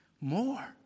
more